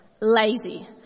lazy